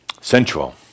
sensual